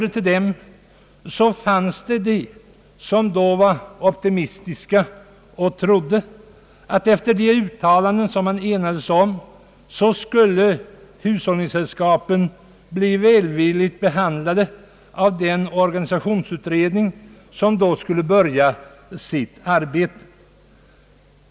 Dei fanns de — fast jag inte hörde till dem — som var opti mistiska och trodde att hushållningssällskapen efter de uttalanden som man enades om skulle bli välvilligt behandlade av den organisationsutredning som då skulle börja sitt arbete.